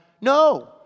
No